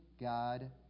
God